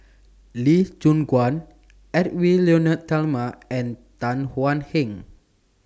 Lee Choon Guan Edwy Lyonet Talma and Tan Thuan Heng